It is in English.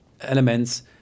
elements